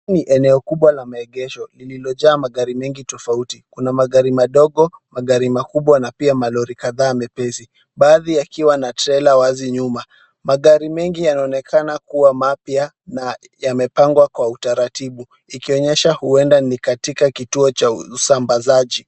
Hili ni eneo kubwa la maegesho lililojaa magari mengi tofauti. Kuna magari madogo, magari makubwa na pia malori kadhaa mepesi, baadhi yakiwa na trela wazi nyuma. Magari mengi yanaonekana kuwa mapya na yamepangwa kwa utaratibu ikionyesha huenda ni katika kituo cha usambazaji.